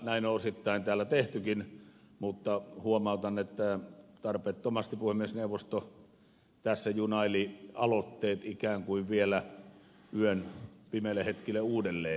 näin on osittain täällä tehtykin mutta huomautan että tarpeettomasti puhemiesneuvosto tässä junaili aloitteet ikään kuin vielä yön pimeille hetkille uudelleen